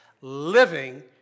living